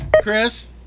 Chris